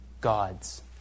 gods